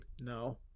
No